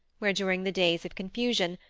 where, during the days of confusion,